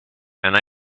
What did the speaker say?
and